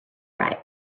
right